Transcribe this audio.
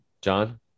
John